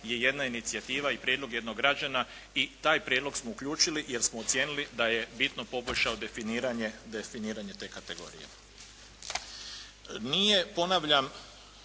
je jedna inicijativa i prijedlog jednog građanina i taj prijedlog smo uključili jer smo ocijenili da je bitno poboljšao definiranje te kategorije.